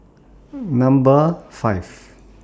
Number five